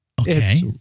Okay